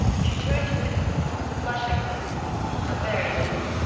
she turned to winterbourne, blushing a little a very little.